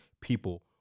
people